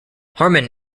harman